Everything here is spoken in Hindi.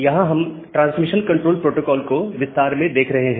यहां हम ट्रांसमिशन कंट्रोल प्रोटोकोल को विस्तार में देख रहे हैं